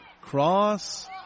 Cross